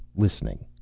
listening.